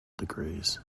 degrees